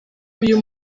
uyu